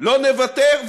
לא נוותר,